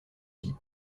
vie